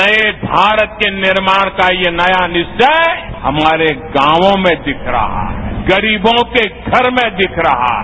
नए भारत के निर्माण का यह नया निश्वय हमारे गांवों में दिख रहा है गरीवों के घर में दिख रहा है